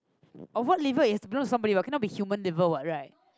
of what liver it has to belong to somebody what it cannot be human liver what right